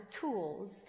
tools